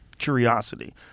Curiosity